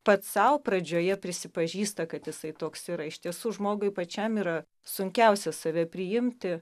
pats sau pradžioje prisipažįsta kad jisai toks yra iš tiesų žmogui pačiam yra sunkiausia save priimti